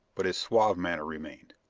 but his suave manner remained.